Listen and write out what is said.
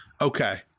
Okay